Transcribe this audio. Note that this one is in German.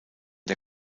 der